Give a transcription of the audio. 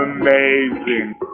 Amazing